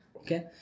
okay